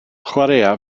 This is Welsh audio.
chwaraea